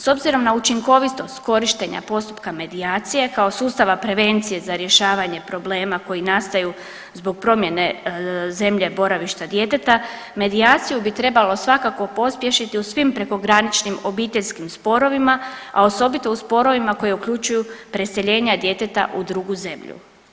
S obzirom na učinkovitost korištenja postupka medijacije kao sustava prevencije za rješavanje problema koji nastaju zbog promjene zemlje boravišta djeteta medijaciju bi trebalo svakako pospješiti u svim prekograničnim obiteljskim sporovima, a osobito u sporovima koji uključuju preseljenja djeteta u drugu zemlju.